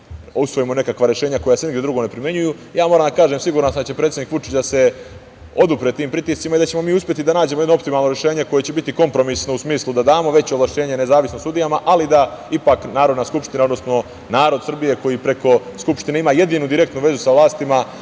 mi usvojimo nekakva rešenja koja se nigde drugde ne primenjuju, moram da kažem, siguran sam da će predsednik Vučić da se odupre tim pritiscima i da ćemo mi uspeti da nađemo jedno optimalno rešenje koje će biti kompromisno u smislu da damo veće ovlašćenje nezavisno sudijama, ali da ipak Narodna skupština, odnosno narod Srbije koji preko Skupštine ima jedinu direktnu vezu sa vlastima,